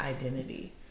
identity